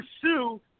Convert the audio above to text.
pursue